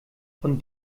von